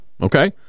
okay